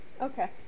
Okay